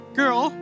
girl